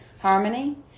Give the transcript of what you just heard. harmony